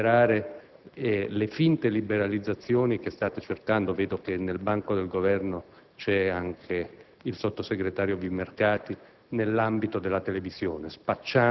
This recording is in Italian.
Così si possono comprendere anche le finte liberalizzazioni che state cercando di fare - vedo che nel banco del Governo c'è anche il sottosegretario Vimercati